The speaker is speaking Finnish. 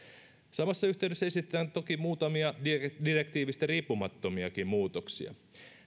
samassa yhteydessä esitetään toki muutamia direktiivistä riippumattomiakin muutoksia